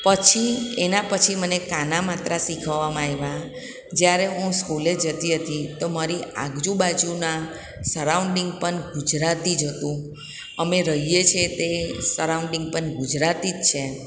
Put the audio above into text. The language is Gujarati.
પછી એના પછી મને કાના માત્રા શીખવવામાં આયવા જ્યારે હું સ્કૂલે જતી હતી તો મારી આજુ બાજુના સરાઉન્ડીગ પણ ગુજરાતી જ હતું અમે રહીએ છે તે સરાઉન્ડીગ પણ ગુજરાતી જ છે